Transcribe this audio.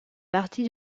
partie